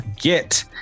get